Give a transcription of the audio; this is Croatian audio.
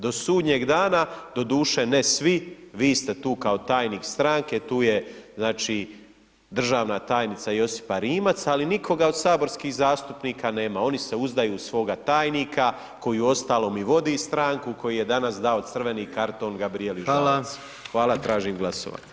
Do sudnjeg dana, doduše ne svi, vi ste tu kao tajnik stranke, tu je znači državna tajnica Josipa Rimac, ali nikoga od saborskih zastupnika nema, oni se uzdaju u svoga tajnika koji uostalom i vodi stranku, koji je danas dao crveni karton Gabrijeli Žalac [[Upadica: Hvala.]] Hvala, tražim glasovanje.